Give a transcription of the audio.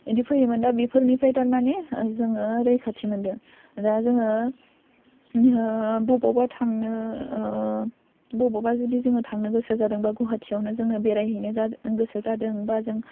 बिदि फैयोमोन दा बेफोरनिफ्राइ थारमानि जोङो रैखाथि मोनदों दा जोङो बबावबा थांनो बबावबा जुदि जोङो थांनो गोसो जादोंबा गुवाहाटीआवनो जोङो बेराय हैनो जा गोसो जादोंबा जों